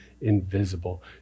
invisible